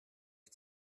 ich